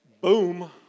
Boom